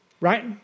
Right